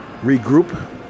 Regroup